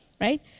right